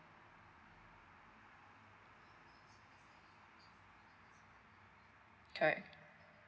correct